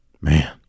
Man